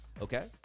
okay